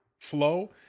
flow